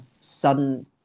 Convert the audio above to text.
sudden